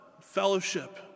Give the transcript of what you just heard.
fellowship